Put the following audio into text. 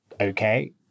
okay